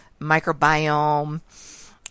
microbiome